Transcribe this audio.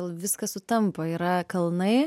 viskas sutampa yra kalnai